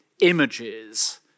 images